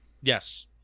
Yes